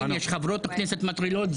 יש חברות כנסות מטרילות,